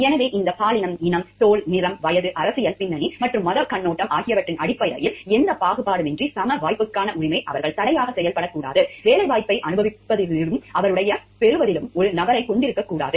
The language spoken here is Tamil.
எனவே இந்த பாலினம் இனம் தோல் நிறம் வயது அரசியல் பின்னணி மற்றும் மதக் கண்ணோட்டம் ஆகியவற்றின் அடிப்படையில் எந்தப் பாகுபாடுமின்றி சம வாய்ப்புக்கான உரிமை அவர்கள் தடையாகச் செயல்படக்கூடாது வேலைவாய்ப்பை அனுபவிப்பதிலும் அவற்றைப் பெறுவதிலும் ஒரு நபரைக் கொண்டிருக்கக்கூடாது